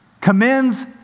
commends